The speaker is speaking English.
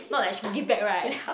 not like she give back right